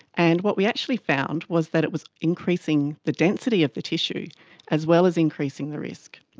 and what we actually found was that it was increasing the density of the tissue as well as increasing the risk.